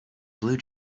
blue